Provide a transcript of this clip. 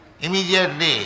immediately